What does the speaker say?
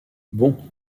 bon